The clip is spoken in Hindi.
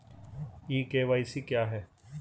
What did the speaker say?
ई के.वाई.सी क्या है?